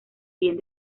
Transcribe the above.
bien